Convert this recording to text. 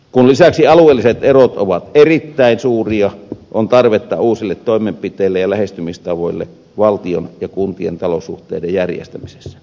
kun lisäksi alueelliset erot ovat erittäin suuria on tarvetta uusille toimenpiteille ja lähestymistavoille valtion ja kuntien taloussuhteiden järjestämisessä